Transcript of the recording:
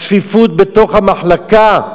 הצפיפות בתוך המחלקה,